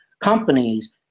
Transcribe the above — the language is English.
companies